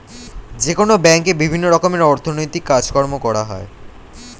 যেকোনো ব্যাঙ্কে বিভিন্ন রকমের অর্থনৈতিক কাজকর্ম করা হয়